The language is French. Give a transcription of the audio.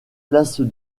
place